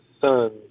sons